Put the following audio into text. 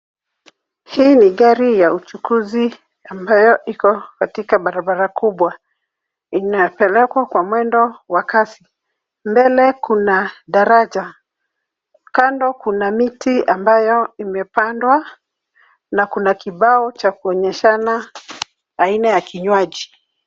Hii ni gari ya uchukuzi ambayo iko katika barabara kubwa. Inapelekwa kwa mwendo wa kasi. Mbele kuna daraja. Kando kuna miti ambayo imepandwa na kuna kibao cha kuonyeshana aina ya kinywaji.